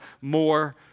more